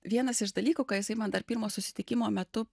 vienas iš dalykų ką jisai man dar pirmo susitikimo metu